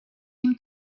him